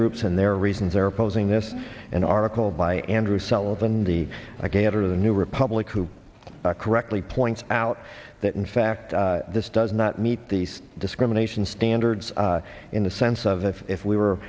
groups and their reasons are opposing this an article by andrew sullivan the i gather the new republic who correctly points out that in fact this does not meet these discriminations standards in the sense of if if we were